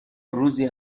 روزی